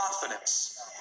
confidence